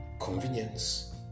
convenience